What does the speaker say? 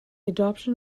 adoption